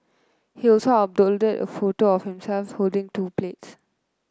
he also uploaded a photo of himself holding two plate